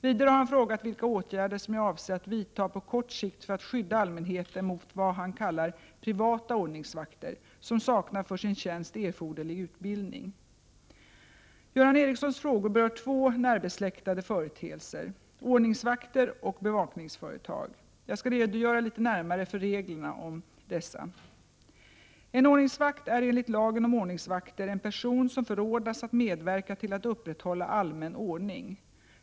Vidare har han frågat vilka åtgärder som jag avser att vidta på kort sikt för att skydda allmänheten mot vad han kallar privata ordningsvakter som saknar för sin tjänst erforderlig utbildning. Göran Ericssons frågor berör två närbesläktade företeelser: ordningsvakter och bevakningsföretag. Jag skall redogöra lite närmare för reglerna om dessa. En ordningsvakt är enligt lagen om ordningsvakter en person som förordnas att medverka till att upprätthålla allmän ordning.